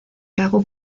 cago